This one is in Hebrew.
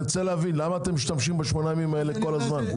למה אתם משתמשים ב-8 ימים האלה כל הזמן?